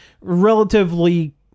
relatively